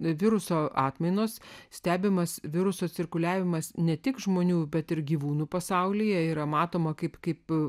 viruso atmainos stebimas viruso cirkuliavimas ne tik žmonių bet ir gyvūnų pasaulyje yra matoma kaip kaip